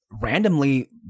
randomly